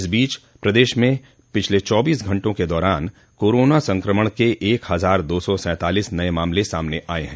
इस बीच प्रदेश में पिछले चौबीस घंटे के दौरान कोरोना संक्रमण के एक हजार दो सौ सैंतालीस नये मामले सामने आये हैं